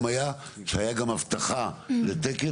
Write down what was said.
הייתה גם הבטחה לתקן,